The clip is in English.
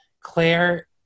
Claire